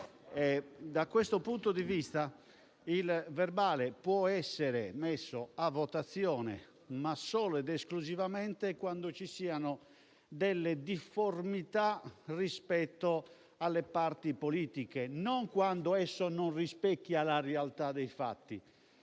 Da questo punto di vista, il verbale può essere posto in votazione, ma solo ed esclusivamente quando ci siano delle difformità rispetto alle parti politiche, non quando esso non rispecchia la realtà dei fatti,